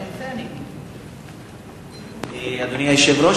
אדוני היושב-ראש,